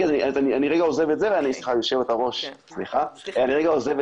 אני לרגע עוזב את זה ואני מתקדם הלאה כי